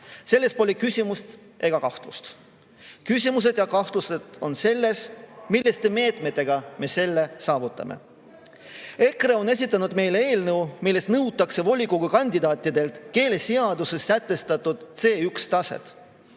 Selles pole küsimust ega kahtlust. Küsimused ja kahtlused on selles, milliste meetmetega me selle saavutame. EKRE on esitanud meile eelnõu, milles nõutakse volikogu kandidaatidelt keeleseaduses sätestatud C1‑taset.